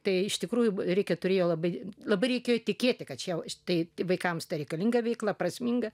tai iš tikrųjų rikė turėjo labai labai reikia tikėti kad čia štai vaikams reikalinga veikla prasminga